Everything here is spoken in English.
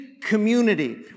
community